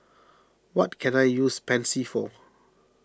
what can I use Pansy for